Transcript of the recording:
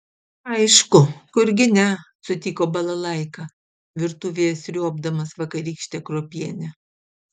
aišku kurgi ne sutiko balalaika virtuvėje sriuobdamas vakarykštę kruopienę